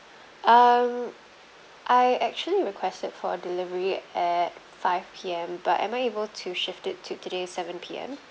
um I actually requested for delivery at five P_M but am I able to shift it to today's seven P_M